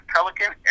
Pelican